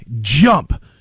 jump